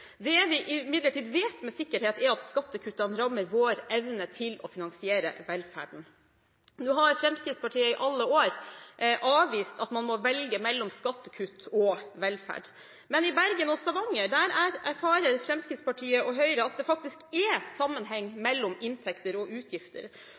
Det vi imidlertid vet med sikkerhet, er at skattekuttene rammer vår evne til å finansiere velferden. Fremskrittspartiet har i alle år avvist at man må velge mellom skattekutt og velferd. Men i Bergen og Stavanger erfarer Fremskrittspartiet og Høyre at det faktisk er sammenheng